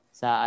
sa